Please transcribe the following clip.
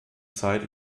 zeit